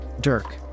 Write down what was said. Dirk